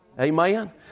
Amen